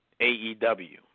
AEW